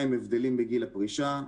2. הבדלים בגיל הפרישה.